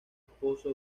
esposo